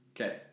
Okay